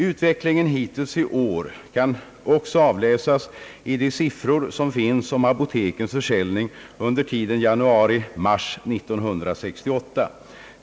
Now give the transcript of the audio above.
Utvecklingen hittills i år kan också avläsas i de siffror som finns om apotekens försäljning under tiden januari —mars 1968.